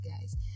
guys